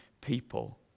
people